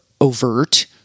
overt